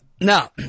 now